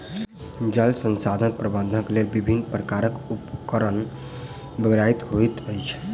जल संसाधन प्रबंधनक लेल विभिन्न प्रकारक उपकरणक बेगरता होइत अछि